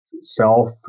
self